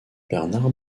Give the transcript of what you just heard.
bernard